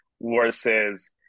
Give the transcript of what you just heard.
versus